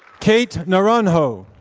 kate naranjo.